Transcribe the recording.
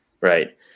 right